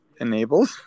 enabled